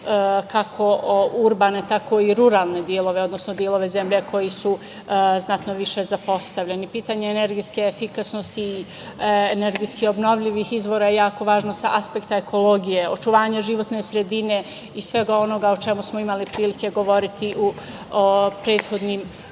kako urbane, tako i ruralne delove, odnosno delove zemlje koji su znatno više zapostavljeni. Pitanje energetske efikasnosti i energetski obnovljivih izvora je jako važno sa aspekta ekologije, očuvanja životne sredine i svega onoga o čemu smo imali prilike govoriti u prethodnim